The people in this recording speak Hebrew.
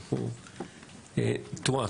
בבקשה.